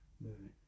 Moving